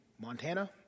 Montana